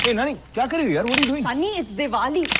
and naani. kind of yeah and what are you doing? sunny, it's diwali.